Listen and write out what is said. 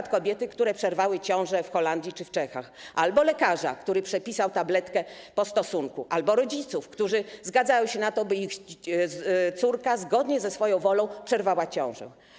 Np. kobiety, które przerwały ciążę w Holandii czy w Czechach, albo lekarza, który przepisał tabletkę „po stosunku”, albo rodziców, którzy zgadzają się na to, by ich córka, zgodnie ze swoją wolą, przerwała ciążę.